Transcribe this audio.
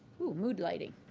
whoo, mood lighting.